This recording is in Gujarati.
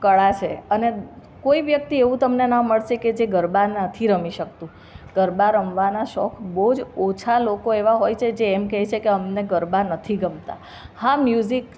કળા છે અને કોઈ વ્યક્તિ એવું તમને ન મળશે કે જે ગરબા નથી રમી શકતું ગરબા રમવાના શોખ બહુ જ ઓછા લોકો એવા હોય છે જે એમ કે છે કે અમને ગરબા નથી ગમતા હા મ્યુઝિક